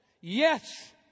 Yes